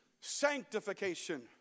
sanctification